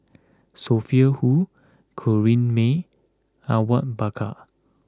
Sophia Hull Corrinne May Awang Bakar